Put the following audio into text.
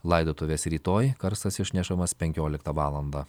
laidotuvės rytoj karstas išnešamas penkioliktą valandą